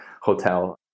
hotel